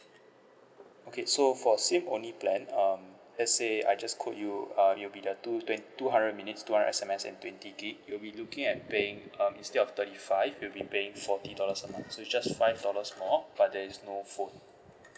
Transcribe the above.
okay so for SIM only plan um let's say I just quote you uh it will be the two twen~ two hundred minutes two hundred S_M_S and twenty gig you'll be looking at paying um instead of thirty five you'll be paying forty dollars a month so it's just five dollars more but there is no phone